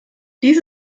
dies